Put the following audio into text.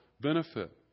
benefit